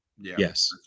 Yes